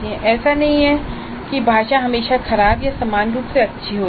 ऐसा नहीं है कि भाषा हमेशा खराब या समान रूप से अच्छी होती है